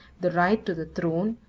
the right to the throne,